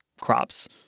crops